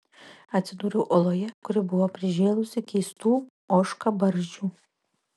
atsidūriau oloje kuri buvo prižėlusi keistų ožkabarzdžių